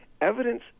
evidence